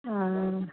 वह